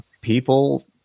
people